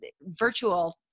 virtual